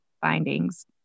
findings